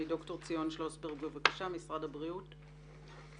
משרד הבריאות,